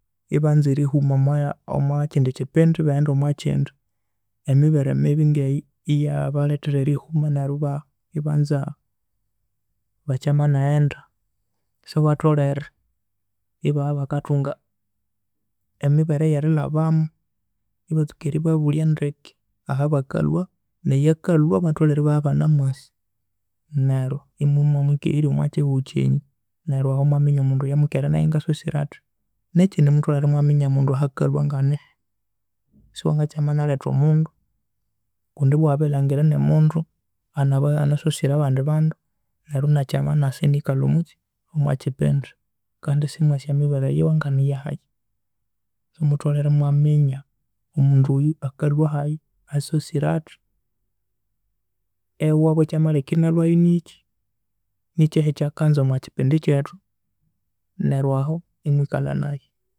Ibanza erihuma omwa omwakyindikyipindi ibaghenda omwakyindi. Emibere emibi ngeyo iya- eyabalethera erihuma neru ibanza bakyami na- ghenda. So batholhere ibabya ibakathunga emibere eyerilhabamu ibastuka eribabulhya ndeke ahabakalhwa, neyakalhwa batholere ibabya ibanamwasi neru imumwamukirirya omwakyihugho kyenyu. Neru ahu imwaminya omundu eyamwikere nayu ngasosire athi. Nekyindi mutholhere imwaminya omundu ahakalhwa nganihi. Siwangakyaminaletha omundu kundi ibwa wabirilhangira inimundu anaba anasosire abandi bandu neru inakyaminasa inikalha omukyi omwakyipindi kandi isimwasi emibere yiwe nganiyahayi. Mutholere imwaminya, omundu oyu akalhwa hayi, asosire athi, ewabu ekyamaleka inalhwayu nikyi, nikyahi ekyakanza omwakyipindi kyethu, neru ahu imwikalha nayu.